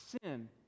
sin